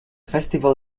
festival